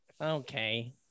okay